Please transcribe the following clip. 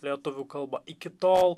lietuvių kalba iki tol